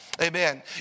Amen